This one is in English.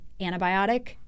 antibiotic